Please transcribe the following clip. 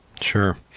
sure